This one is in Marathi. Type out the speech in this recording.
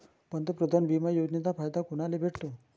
पंतप्रधान बिमा योजनेचा फायदा कुनाले भेटतो?